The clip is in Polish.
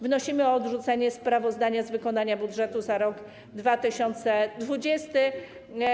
Wnosimy o odrzucenie sprawozdania z wykonania budżetu za rok 2020.